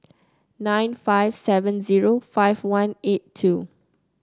nine five seven zero five one eight two